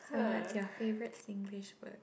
so what's your favourite Singlish word